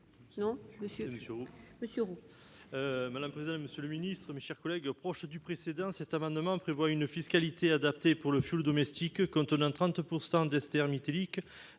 n° I-199 rectifié. Madame la présidente, monsieur le secrétaire d'État, mes chers collègues, proche du précédent, cet amendement prévoit une fiscalité adaptée pour le fioul domestique contenant 30 % d'ester méthylique